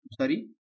sorry